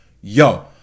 yo